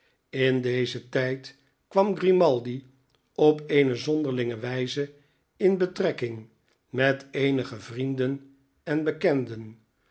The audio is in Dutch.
in dezen tijd kwam grimaldi op eene zonderlinge wijze in betrekking met eenige vrienden en bekenden